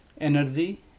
energy